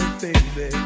baby